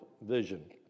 Vision